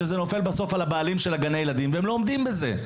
שזה נוסף בסוף על הבעלים של גני הילדים והם לא עומדים בזה.